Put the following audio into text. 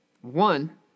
One